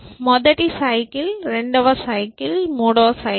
మొదటి సైకిల్ రెండవ సైకిల్ మూడవ సైకిల్